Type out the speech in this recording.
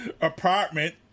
apartment